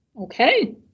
okay